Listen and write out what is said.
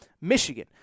michigan